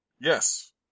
yes